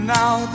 now